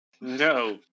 No